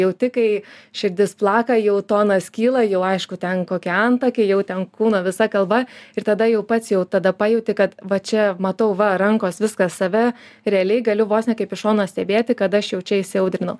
jauti kai širdis plaka jau tonas kyla jau aišku ten kokie antakiai jau ten kūno visa kalba ir tada jau pats jau tada pajauti kad va čia matau va rankos viskas save realiai galiu vos ne kaip iš šono stebėti kada aš jau čia įsiaudrinau